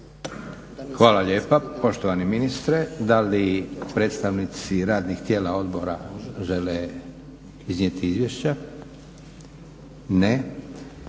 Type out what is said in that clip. Hvala lijepa poštovani ministre. Da li predstavnici radnih tijela odbora žele iznijeti izvješća? Ne.